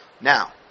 Now